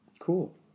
Cool